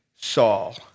Saul